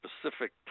specific